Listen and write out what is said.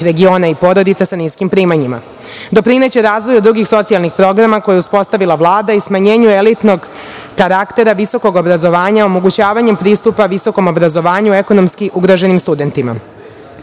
regiona i porodica sa niskim primanjima. Doprineće razvoju drugih socijalnih programa koje je uspostavila Vlada i smanjenju elitnog karaktera visokog obrazovanja omogućavanjem pristupa visokom obrazovanju ekonomski ugroženim studentima. Poštovani